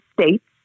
states